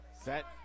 Set